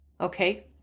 Okay